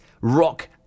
rock